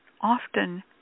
often